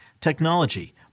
technology